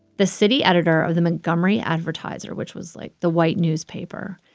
the city editor of the montgomery advertiser, which was like the white newspaper,